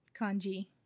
kanji